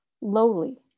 lowly